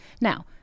Now